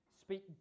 speak